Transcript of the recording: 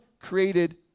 created